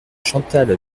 chantal